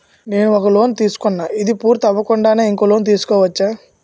నేను ఒక లోన్ తీసుకున్న, ఇది పూర్తి అవ్వకుండానే ఇంకోటి తీసుకోవచ్చా?